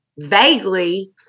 vaguely